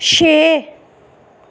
छे